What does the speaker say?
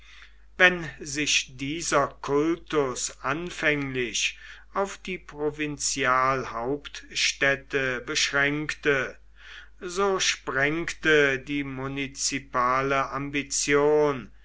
wenn sich dieser kultus anfänglich auf die provinzialhauptstädte beschränkte so sprengte die munizipale ambition